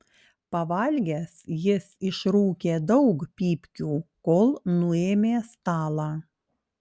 pavalgęs jis išrūkė daug pypkių kol nuėmė stalą